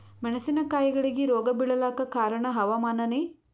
ಮೆಣಸಿನ ಕಾಯಿಗಳಿಗಿ ರೋಗ ಬಿಳಲಾಕ ಕಾರಣ ಹವಾಮಾನನೇ?